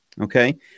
okay